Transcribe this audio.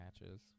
matches